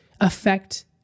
affect